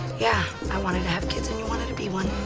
yeah, i wanted to have kids and you wanted to be one.